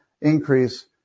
increase